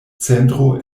centro